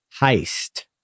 heist